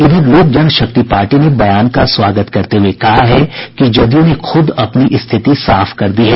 इधर लोक जनशक्ति पार्टी ने बयान का स्वागत करते हुए कहा है कि जदयू ने खूद अपनी स्थिति साफ कर दी है